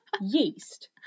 yeast